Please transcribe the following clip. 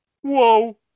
whoa